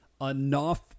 enough